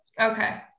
okay